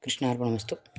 कृष्णार्पणमस्तु